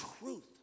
truth